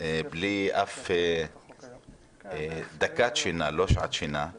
בלי אף דקת שינה ואנחנו עושים את מלאכתנו ואת העבודה שלנו,